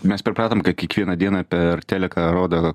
mes pripratom kad kiekvieną dieną per teliką rodo